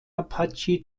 apache